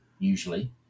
usually